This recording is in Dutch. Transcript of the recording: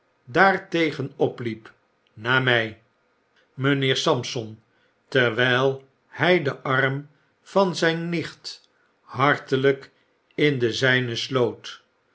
daartegen opliep na my m t geen uitweg meer mynheer sampson terwgl hij den arm van zgn nicht hartelyk in den zijneh sloot